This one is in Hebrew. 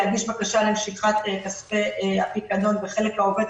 להגיש בקשה למשיכת כספי הפיקדון וחלק העובד,